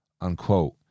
unquote